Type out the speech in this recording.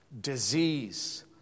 disease